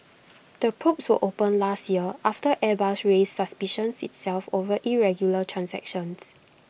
the probes were opened last year after airbus raised suspicions itself over irregular transactions